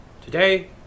Today